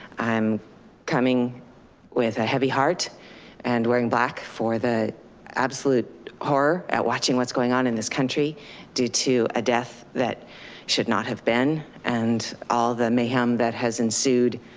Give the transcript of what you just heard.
i'm coming with a heavy heart and wearing black for the absolute horror at watching what's going on in this country due to a death that should not have been and all the mayhem that has ensued,